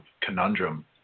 conundrum